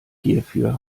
hierfür